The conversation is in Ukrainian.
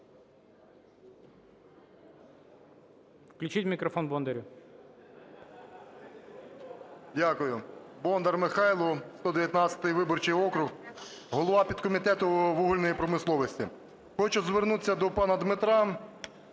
Включіть мікрофон Бондарю. 16:32:00 БОНДАР М.Л. Дякую. Бондар Михайло, 119 виборчий округ, голова підкомітету вугільної промисловості. Хочу звернутися до пана Дмитра.